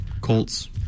Colts